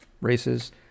races